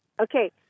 Okay